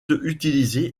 utilisé